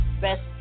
best